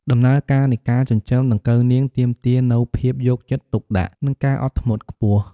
ដំណើរការនៃការចិញ្ចឹមដង្កូវនាងទាមទារនូវភាពយកចិត្តទុកដាក់ និងការអត់ធ្មត់ខ្ពស់។